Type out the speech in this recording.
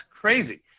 crazy